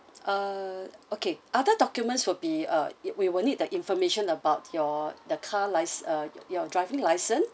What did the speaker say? uh okay other documents will be uh we will need the information about your the car lice~ uh your driving licence